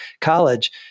college